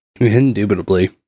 Indubitably